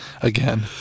Again